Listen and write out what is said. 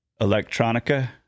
Electronica